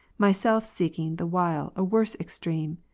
myself seeking the while a worse extreme,